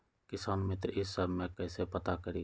किसान मित्र ई सब मे कईसे पता करी?